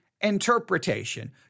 interpretation